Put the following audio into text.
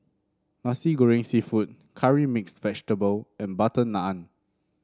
Nasi Goreng seafood Curry Mixed Vegetable and butter naan